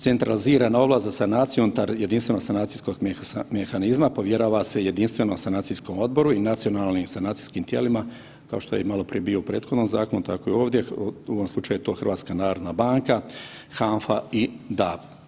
Centralizirana ovlast za sanacijom unutar jedinstvenog sanacijskog mehanizma povjerava se jedinstvenom sanacijskom odboru i nacionalnim sanacijskim tijelima kao što je i maloprije bio u prethodnom zakonu tako je i ovdje, u ovom slučaju je to HNB, HANFA i DAB.